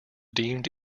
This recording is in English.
deemed